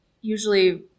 usually